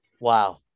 Wow